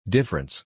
Difference